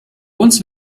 uns